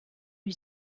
lui